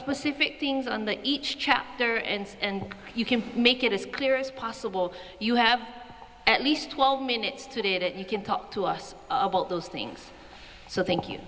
specific things on the each chapter and you can make it as clear as possible you have at least twelve minutes today that you can talk to us about those things so i think you